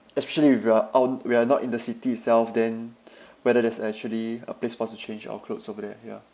especially if you are out we are not in the city itself then whether there's actually a place for us to change our clothes over there ya